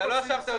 יפה.